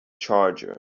charger